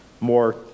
more